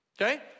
okay